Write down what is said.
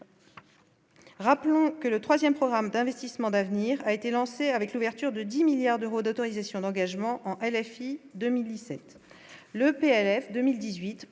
Rappelons que le 3ème programme d'investissements d'avenir, a été lancée avec l'ouverture de 10 milliards d'euros d'autorisations d'engagement 2017 le PLF 2018